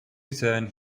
return